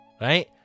right